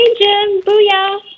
Booyah